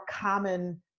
common